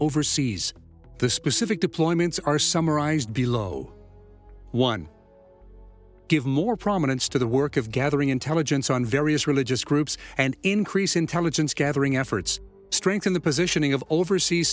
overseas the specific deployments are summarized below one give more prominence to the work of gathering intelligence on various religious groups and increase intelligence gathering efforts strengthen the positioning of overseas